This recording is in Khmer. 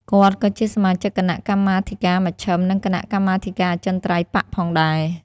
គាត់ ក៏ជាសមាជិកគណៈកម្មាធិការមជ្ឈិម និងគណៈកម្មាធិការអចិន្ត្រៃយ៍បក្សផងដែរ ។